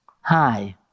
Hi